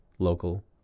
local